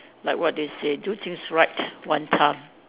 like what they say do things right one time